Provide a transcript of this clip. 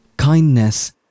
kindness